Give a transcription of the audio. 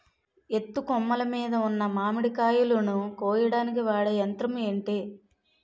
ఎత్తు కొమ్మలు మీద ఉన్న మామిడికాయలును కోయడానికి వాడే యంత్రం ఎంటి?